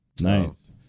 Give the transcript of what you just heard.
Nice